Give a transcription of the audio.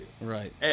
right